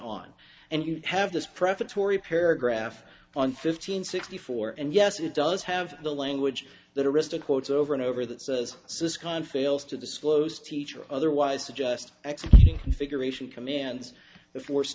on and you have this prefatory paragraph on fifteen sixty four and yes it does have the language that arista quotes over and over that says suse conn fails to disclose teach or otherwise just executing figuration commands befor